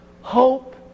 Hope